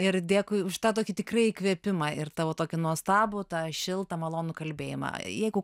ir dėkui už tą tokį tikrai įkvėpimą ir tavo tokį nuostabų tą šiltą malonų kalbėjimą jeigu